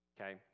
Okay